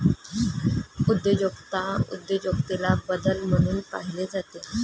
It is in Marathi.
उद्योजकता उद्योजकतेला बदल म्हणून पाहिले जाते